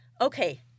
Okay